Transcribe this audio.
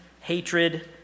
hatred